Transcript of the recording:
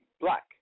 black